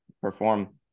perform